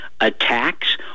attacks